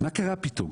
מה קרה פתאום?